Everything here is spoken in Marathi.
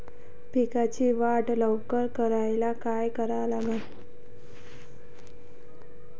पिकाची वाढ लवकर करायले काय करा लागन?